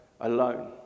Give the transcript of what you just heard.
alone